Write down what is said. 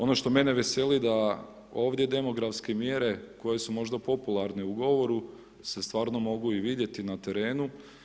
Ono što mene veseli, da ovdje demografske mjere, koje su možda popularne u govoru, se stvarno mogu vidjeti na terenu.